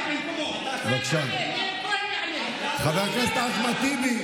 הוא חבר ועדת האתיקה.